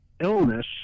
illness